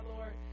Lord